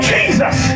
Jesus